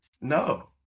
no